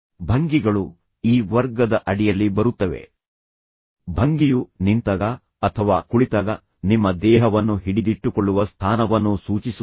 ಭಂಗಿಗಳು ಈ ವರ್ಗದ ಅಡಿಯಲ್ಲಿ ಬರುತ್ತವೆ ಭಂಗಿಯು ನಿಂತಾಗ ಅಥವಾ ಕುಳಿತಾಗ ನಿಮ್ಮ ದೇಹವನ್ನು ಹಿಡಿದಿಟ್ಟುಕೊಳ್ಳುವ ಸ್ಥಾನವನ್ನು ಸೂಚಿಸುತ್ತದೆ